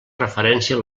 referència